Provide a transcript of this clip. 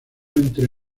entre